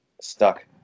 stuck